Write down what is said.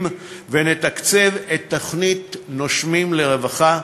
ונתקצב את תוכנית "נושמים לרווחה",